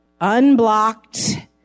unblocked